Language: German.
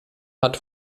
hat